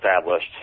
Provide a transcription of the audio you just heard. established